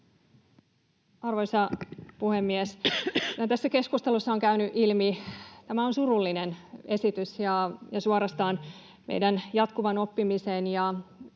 Arvoisa puhemies! Tässä keskustelussa on käynyt ilmi... tämä on surullinen esitys ja suorastaan meidän jatkuvan oppimisen ja